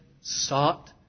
sought